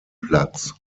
platz